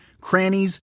crannies